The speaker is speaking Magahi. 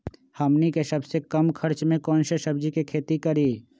हमनी के सबसे कम खर्च में कौन से सब्जी के खेती करी?